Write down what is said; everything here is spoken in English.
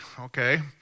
okay